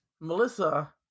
Melissa